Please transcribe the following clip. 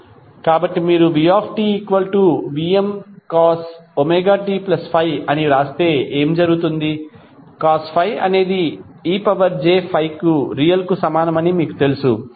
కాబట్టి మీరుvtVmcos ωt∅ అని వ్రాస్తే ఏమి జరుగుతుంది cos ∅ అనేది ej∅ రియల్ కు సమానమని మీకు తెలుసు